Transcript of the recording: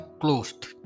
closed